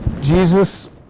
Jesus